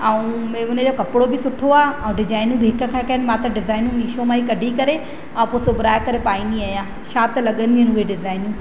ऐं उन जो कपिड़ो बि सुठो आहे ऐं डिज़ाइनियूं बि हिकु खां हिकु आहिनि मां त डिज़ाइन मिशो मां ई कढी करे ऐं पोइ सुबराए करे पाईंदी आहियां छा त लॻंदी आहे डिज़ाइन बि